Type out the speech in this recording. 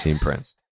Prince